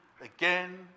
again